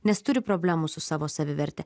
nes turi problemų su savo saviverte